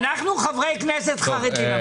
אנחנו חברי כנסת חרדים,